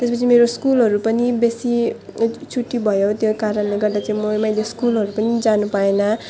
त्यसपछि मेरो स्कुलहरू पनि बेसी छुट्टी भयो त्यो कारणले गर्दा चाहिँ म मैले स्कुलहरू पनि जानु पाइनँ